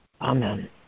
Amen